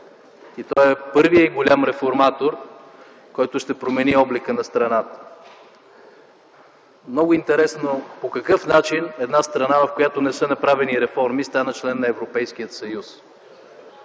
и той е първият и голям реформатор, който ще промени облика на страната. Много интересно по какъв начин една страна, в която не са направени реформи, стана член на Европейския съюз?!